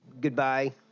Goodbye